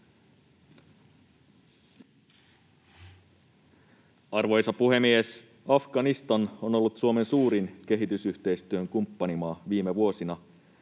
Arvoisa puhemies! Afganistan on ollut Suomen suurin kehitysyhteistyön kumppanimaa viime vuosina.